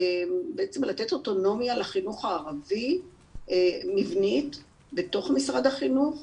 בעצם לתת אוטונומיה לחינוך הערבי מבנית בתוך משרד החינוך,